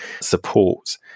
support